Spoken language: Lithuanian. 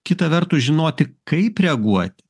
kita vertus žinoti kaip reaguoti